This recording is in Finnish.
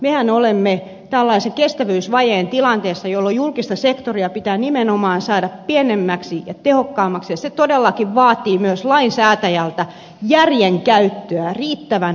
mehän olemme kestävyysvajeen tilanteessa jolloin julkista sektoria pitää nimenomaan saada pienemmäksi ja tehokkaammaksi ja se todellakin vaatii myös lainsäätäjältä järjen käyttöä riittävän ajoissa